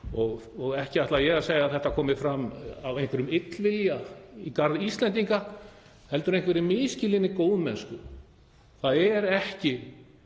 Ekki ætla ég að segja að þetta komi fram af einhverjum illvilja í garð Íslendinga heldur af einhverri misskilinni góðmennsku. Það er ekki